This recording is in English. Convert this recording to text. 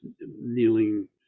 kneeling